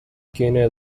gino